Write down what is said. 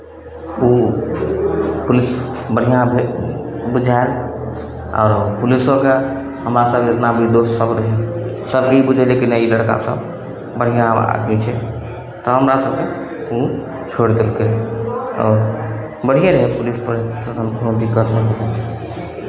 ओ police बढ़िआँ रहै बुझायल आओर पुलिसोके हमरा सभ जेतना बुद्धि लोकसभ रहै सभके ई बुझै रहै कि नहि ई लड़कासभ बढ़िआँ वार्डके छै तऽ हमरा सभकेँ ओ छोड़ि देलकै आओर बढ़िएँ ने भेल पुलिस परेशानीसँ तखन कोनो दिक्कत नहि भेल